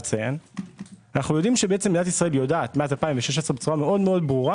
אנו יודעים שמדינת ישראל יודעת מ-2016 בצורה ברורה